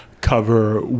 cover